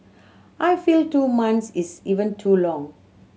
I feel two months is even too long